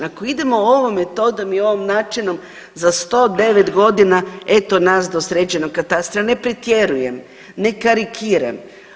Ako idemo ovom metodom i ovim načinom za 109 godina eto nas do sređenog katastra, ne pretjerujem, ne karikiram.